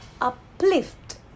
uplift